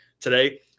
today